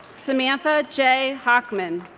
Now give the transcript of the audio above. samantha j. hockman